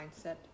mindset